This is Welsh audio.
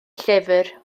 llyfr